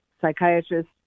psychiatrist